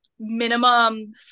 Minimum